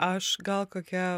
aš gal kokią